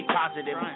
positive